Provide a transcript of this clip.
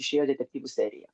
išėjo detektyvų serija